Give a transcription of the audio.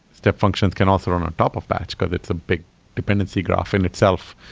step functions can also run on top of batch, because it's a big dependency graph in itself.